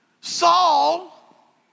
Saul